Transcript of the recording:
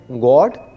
God